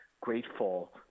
grateful